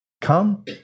come